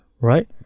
right